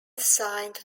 signed